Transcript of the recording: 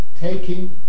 taking